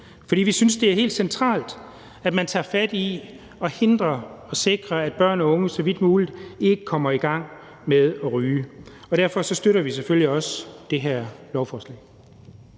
For vi synes, det er helt centralt, at man tager fat på at sikre, at børn og unge så vidt muligt ikke kommer i gang med at ryge, altså at hindre det. Derfor støtter vi selvfølgelig også det her lovforslag.